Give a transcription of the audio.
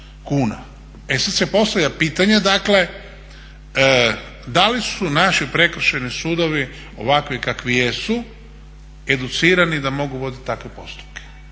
E sada se postavlja pitanje dakle da li su naši prekršajni sudovi ovakvi kakvi jesu educirani da mogu voditi takve postupke.